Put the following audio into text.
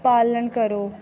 पालन करो